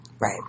Right